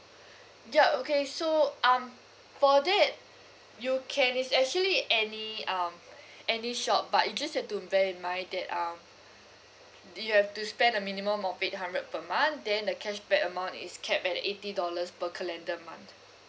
ya okay so um for that you can it's actually any um any shop but you just have to bear in mind that um t~ you have to spend a minimum of eight hundred per month then the cashback amount is capped at eighty dollars per calendar month